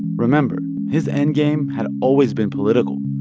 remember, his end game had always been political.